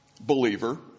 believer